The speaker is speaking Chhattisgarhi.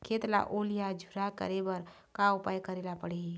खेत ला ओल या झुरा करे बर का उपाय करेला पड़ही?